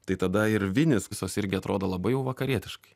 tai tada ir vinys visos irgi atrodo labai jau vakarietiškai